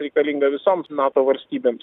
reikalingą visoms nato valstybėms